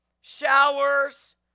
Showers